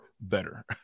better